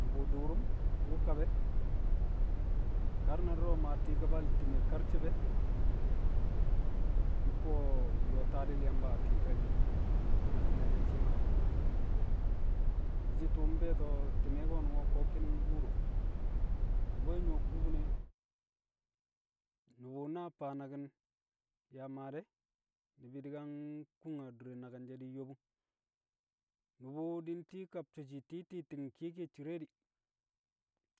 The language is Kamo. Nu̱bu̱ du̱u̱ru̱m wu̱ kab ē, kar na du̱ro̱ maa ti̱i̱ kabal ti̱mẹ karci̱b ē, nku̱wo̱ yo̱o̱ tadi̱l Yamba a ti̱i̱bi̱rẹl naki̱n nẹ shee̱ maashi̱ e̱. Di̱ shi̱ tṵṵ mbe̱e̱to̱ ti̱me̱ ko̱ ki̱ni̱ng mbuuro, ni̱bi̱ wẹ nyu̱wo̱ kubine. Nu̱bu̱ na faa naki̱n yaa maa dee̱ ni̱bi̱ di̱ ka nkun adure naki̱n di̱ nyobung. Nu̱bu̱ di̱ nti̱i̱ kab so̱ shii ti̱i̱ ti̱i̱ ti̱ng kiye kiye cire di̱,